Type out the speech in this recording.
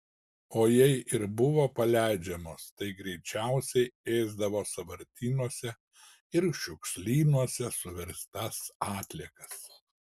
o jei ir buvo paleidžiamos tai greičiausiai ėsdavo sąvartynuose ir šiukšlynuose suverstas atliekas